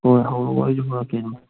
ꯍꯣꯏ ꯍꯧꯔꯛꯑꯣ ꯑꯩꯁꯨ ꯍꯧꯔꯛꯀꯦ ꯑꯗꯨꯃꯥꯏꯅ